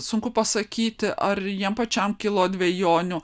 sunku pasakyti ar jam pačiam kilo dvejonių